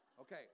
Okay